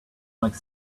like